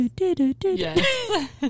Yes